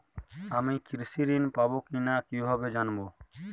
আমি কৃষি ঋণ পাবো কি না কিভাবে জানবো?